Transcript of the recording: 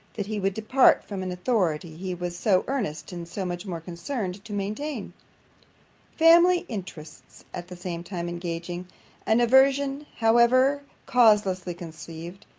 that he would depart from an authority he was so earnest, and so much more concerned, to maintain family-interests at the same time engaging an aversion, however causelessly conceived,